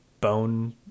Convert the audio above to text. bone